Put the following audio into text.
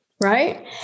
right